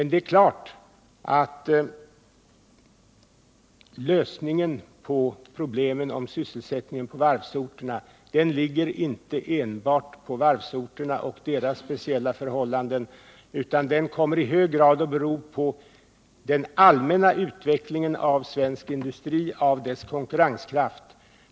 Det är klart att lösningen på problemen med sysselsättningen på varvsorterna inte enbart bestäms av varvsorterna och deras speciella förhållanden, utan den kommer i hög grad att vara beroende av den allmänna utvecklingen av svensk industri och dess konkurrenskraft.